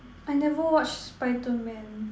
I never watch Spiderman